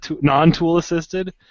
non-tool-assisted